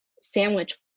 sandwich